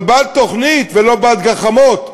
אבל בעד תוכנית ולא בעד גחמות.